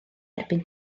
erbyn